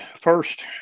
first